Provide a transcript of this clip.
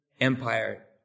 empire